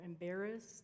embarrassed